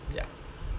ya